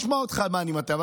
אני אשמע אותך במה אני מטעה,